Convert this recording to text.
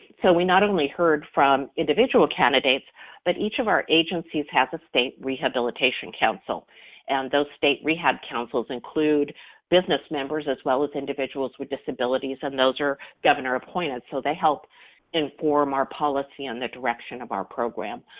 so we not only heard from individual candidates but each of our agencies have a state rehabilitation council and those state rehab councils include business members as well as individuals with disabilities, and those are governor-appointed, so they help inform our policy, on the direction of our program.